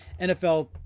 NFL